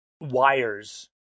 wires